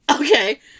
okay